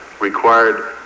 required